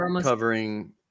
covering